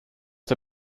der